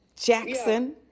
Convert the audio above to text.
Jackson